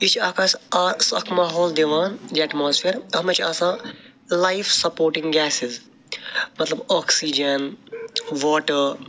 یہِ چھِ اَف اَسہِ آ سُہ اکھ ماحول دِوان یہِ اٮ۪ٹماسفیر اتھ منٛز چھِ آسان لایِف سپوٹِنٛگ گیسِز مطلب آکسیٖجن واٹہٕ